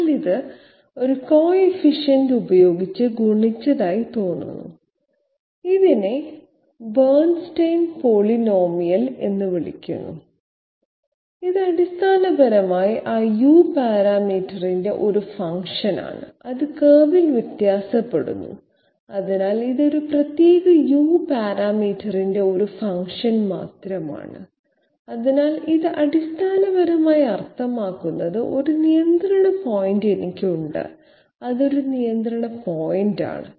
എന്നാൽ ഇത് ഒരു കോയിഫിഷ്യന്റ് ഉപയോഗിച്ച് ഗുണിച്ചതായി തോന്നുന്നു ഇതിനെ ബേൺസ്റ്റൈൻ പോളിനോമിയൽ എന്ന് വിളിക്കുന്നു ഇത് അടിസ്ഥാനപരമായി ആ u പാരാമീറ്ററിന്റെ ഒരു ഫംഗ്ഷനാണ് അത് കർവിൽ വ്യത്യാസപ്പെടുന്നു അതിനാൽ ഇത് ഈ പ്രത്യേക u പാരാമീറ്ററിന്റെ ഒരു ഫംഗ്ഷൻ മാത്രമാണ് അതിനാൽ ഇത് അടിസ്ഥാനപരമായി അർത്ഥമാക്കുന്നത് ഒരു നിയന്ത്രണ പോയിന്റ് എനിക്ക് ഉണ്ട് ഇത് ഒരു നിയന്ത്രണ പോയിന്റാണ്